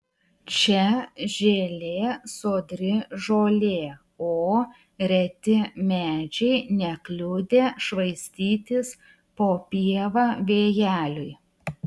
čia žėlė sodri žolė o reti medžiai nekliudė švaistytis po pievą vėjeliui